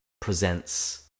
presents